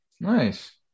Nice